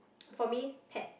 for me pet